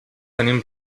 tenim